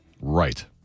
Right